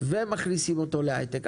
ומכניסים אותו להייטק.